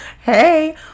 Hey